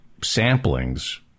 samplings